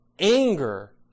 anger